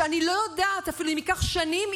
שאני לא יודעת אם ייקח שנים,